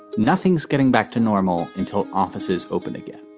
nothing's getting back to normal until offices open again.